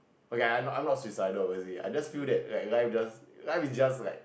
okay I'm not I'm not suicidal you see I just feel that like life just life is just for like